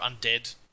undead